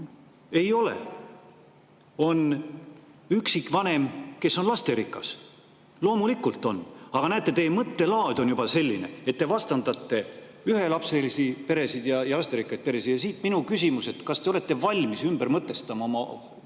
Ei ole! On üksikvanem, kes on lasterikas. Loomulikult on. Aga näete, teie mõttelaad on juba selline, et te vastandate ühelapselisi peresid ja lasterikkaid peresid. Ja siit minu küsimus, et kas te olete valmis ümber mõtestama oma hoiaku